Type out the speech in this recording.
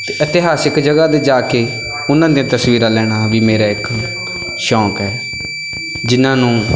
ਅਤੇ ਇਤਿਹਾਸਿਕ ਜਗ੍ਹਾ 'ਤੇ ਜਾ ਕੇ ਉਹਨਾਂ ਦੀਆਂ ਤਸਵੀਰਾਂ ਲੈਣਾ ਵੀ ਮੇਰਾ ਇੱਕ ਸ਼ੌਂਕ ਹੈ ਜਿਨ੍ਹਾਂ ਨੂੰ